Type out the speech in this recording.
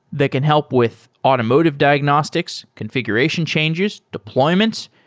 they can help with automotive diagnostics, configuration changes, deployments,